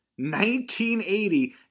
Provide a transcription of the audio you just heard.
1980